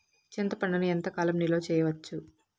చింతపండును ఎంత కాలం నిలువ చేయవచ్చు?